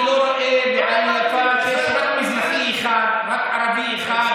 אני לא רואה, רק ערבי אחד.